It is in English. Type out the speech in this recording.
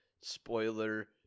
spoiler